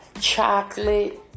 chocolate